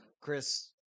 Chris –